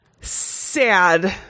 sad